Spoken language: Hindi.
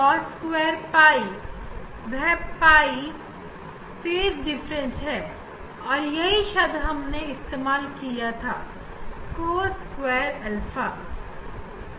वहां हमने cos2 𝛑 प्रयोग किया था जिसमें 𝛑 हमारा फेज डिफरेंस था